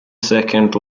second